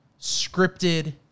scripted